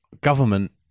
government